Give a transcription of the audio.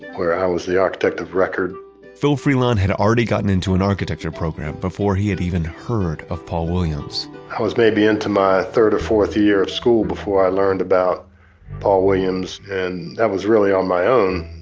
where i was the architect of record phil freelon had already gotten into an architecture program before he had even heard of paul williams i was maybe into my third or fourth year of school before i learned about paul williams, and that was really on my own.